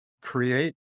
create